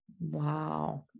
Wow